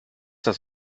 das